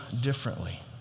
differently